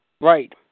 Right